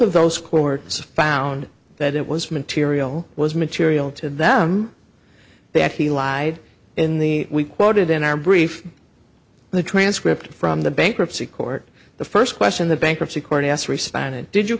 of those courts found that it was material was material to them that he lied in the we quoted in our brief the transcript from the bankruptcy court the first question the bankruptcy court asked responded did you